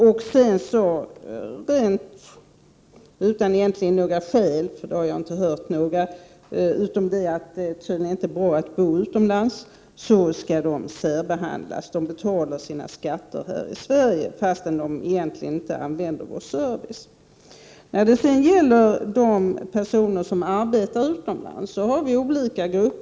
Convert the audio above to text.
Utan något egentligt skäl — ja, ett skäl kunde vara att det inte anses vara särskilt bra att folk bor utomlands — skall dessa människor särbehandlas. Dessa människor har betalat skatt här i Sverige fastän de inte utnyttjar servicen här. Det finns också olika grupper av människor som arbetar utomlands.